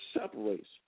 separates